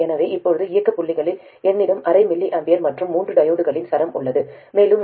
எனவே இப்போது இயக்க புள்ளியில் என்னிடம் அரை mA மற்றும் மூன்று டையோட்களின் சரம் உள்ளது மேலும் இங்கு அரை mA மற்றும் 0